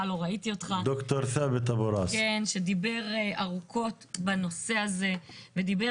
ד"ר ת'אבת אבו ראס שדיבר ארוכות בנושא הזה ודיבר